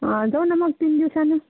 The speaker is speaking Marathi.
हा जाऊ ना मग तीन दिवसानं